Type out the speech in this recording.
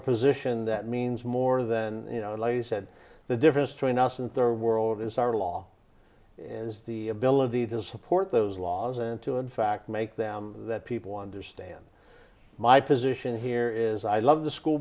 a position that means more than you know and i said the difference between us and third world is our law as the ability to support those laws and to in fact make them that people understand my position here is i love the school